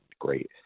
Great